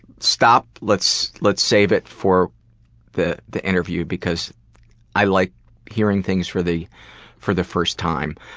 stop, let's let's save it for the the interview because i like hearing things for the for the first time.